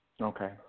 Okay